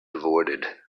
avoided